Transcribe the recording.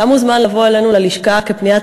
אתה מוזמן לבוא אלינו ללשכה כפניית